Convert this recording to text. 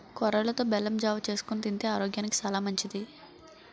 కొర్రలతో బెల్లం జావ చేసుకొని తింతే ఆరోగ్యానికి సాలా మంచిది